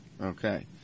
Okay